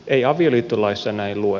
ei avioliittolaissa näin lue